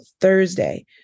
Thursday